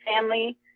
family